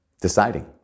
deciding